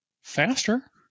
faster